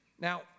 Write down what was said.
Now